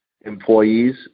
employees